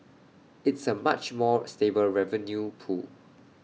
it's A much more stable revenue pool